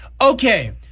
Okay